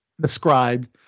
described